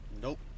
Nope